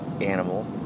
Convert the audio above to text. animal